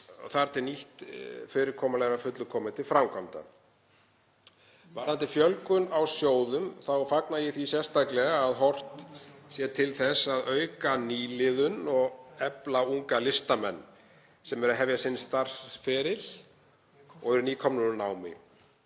þar til nýtt fyrirkomulag er að fullu komið til framkvæmda. Varðandi fjölgun á sjóðum þá fagna ég því sérstaklega að horft sé til þess að auka nýliðun og efla unga listamenn sem eru að hefja sinn starfsferil og eru nýkomnir úr námi.